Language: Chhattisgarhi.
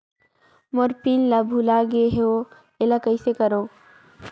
मोर पिन ला भुला गे हो एला कइसे करो?